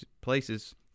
places